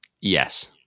Yes